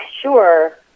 sure